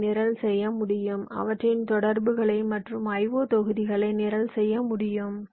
பியை நிரல் செய்ய முடியும் அவற்றின் தொடர்புகளை மற்றும் IO தொகுதிகளை நிரல் செய்ய முடியும்